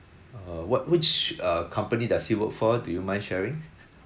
uh what which uh company does he work for do you mind sharing